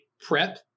prep